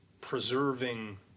preserving